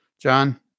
John